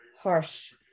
harsh